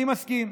אני מסכים.